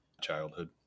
childhood